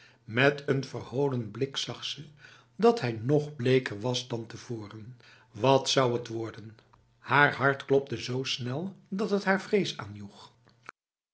met een verholen blik zag ze dat hij nog bleker was dan tevoren wat zou het worden haar hart klopte zo snel dat het haar vrees aanjoeg